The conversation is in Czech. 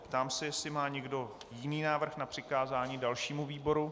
Ptám se, jestli má někdo jiný návrh na přikázání dalšímu výboru.